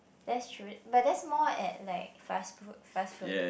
that's true but that's more at like fast food fast food